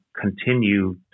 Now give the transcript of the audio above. continue